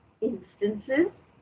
instances